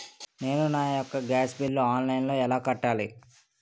నేను నా యెక్క గ్యాస్ బిల్లు ఆన్లైన్లో ఎలా కట్టాలి?